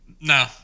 No